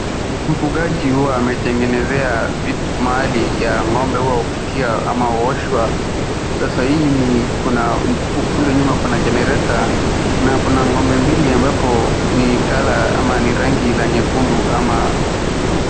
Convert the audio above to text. Mfugaji huyu ametengenezea mahali ya ng'ombe wa kupitia ama uoshwa. Sasa hii ni kuna kule nyuma kuna generator , na kuna ng'ombe mbili ambapo ni color ama ni rangi la nyekundu ama nyeupe.